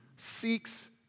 seeks